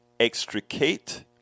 Extricate